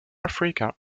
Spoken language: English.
africa